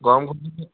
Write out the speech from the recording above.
গৰম ঘূগুনি